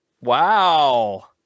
Wow